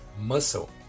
muscle